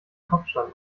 kopfstand